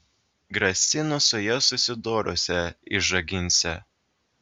grasino su ja susidorosią išžaginsią